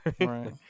Right